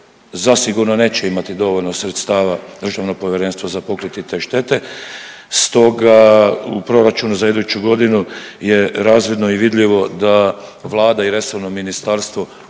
zasigurno neće imati dovoljno sredstava, državno povjerenstvo za pokriti te štete, stoga u proračunu za iduću godinu je razvidno i vidljivo da Vlada i resorno ministarstvo